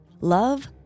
love